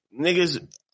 Niggas